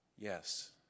Yes